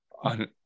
on